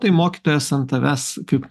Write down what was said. tai mokytojas ant tavęs kaip